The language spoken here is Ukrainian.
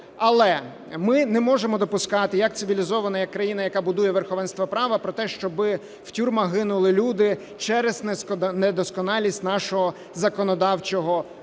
Але ми не можемо допускати як цивілізована країна, яка будує верховенство права, про те, щоб в тюрмах гинули люди через недосконалість нашого законодавчого поля.